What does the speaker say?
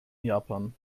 japan